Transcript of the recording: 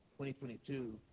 2022